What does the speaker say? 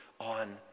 on